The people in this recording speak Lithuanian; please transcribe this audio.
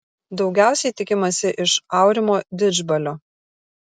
daugiausiai tikimasi iš aurimo didžbalio